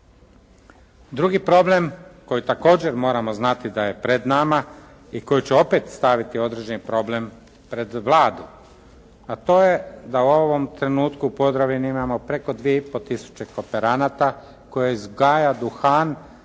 Drugi problem koji također moramo znati da je pred nama i koji će opet staviti određeni problem pred Vladu, a to je da u ovom trenutku u Podravini imamo preko 2 i pol tisuće kooperanata koji uzgaja duhan